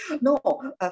no